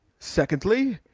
secondly,